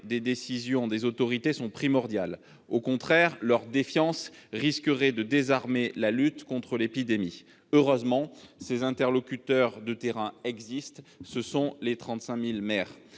des décisions prises par les autorités sont primordiaux. Au contraire, la défiance risquerait de désarmer la lutte contre l'épidémie. Heureusement, ces interlocuteurs de terrain existent : ce sont les 35 000 maires